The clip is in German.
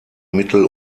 mittel